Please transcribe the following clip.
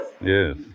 Yes